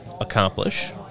accomplish